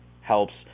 helps